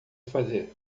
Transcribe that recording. fazer